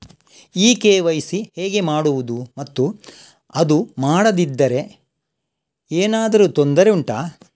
ಈ ಕೆ.ವೈ.ಸಿ ಹೇಗೆ ಮಾಡುವುದು ಮತ್ತು ಅದು ಮಾಡದಿದ್ದರೆ ಏನಾದರೂ ತೊಂದರೆ ಉಂಟಾ